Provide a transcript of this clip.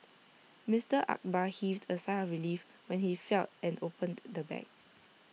Mister Akbar heaved A sigh of relief when he felt and opened the bag